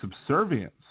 subservience